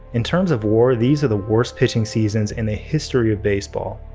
in terms of war, these are the worst pitching seasons in the history of baseball,